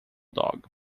dog